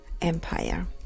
empire